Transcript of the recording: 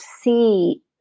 see